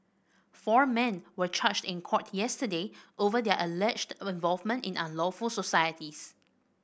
four men were charged in court yesterday over their alleged involvement in unlawful societies